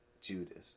Judas